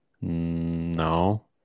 No